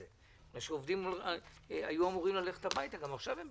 זאת ישיבה קצרה עד 11:00. הפורום הוא נכבד אבל הנושא קצר.